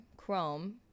Chrome